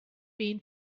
been